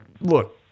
look